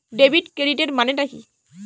Debit ক্রেডিটের মানে টা কি?